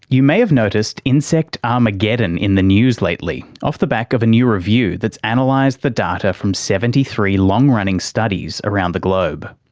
you may have noticed insect armageddon in the news lately off the back of a new review that's analysed and like the data from seventy three long-running studies around the globe.